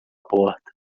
porta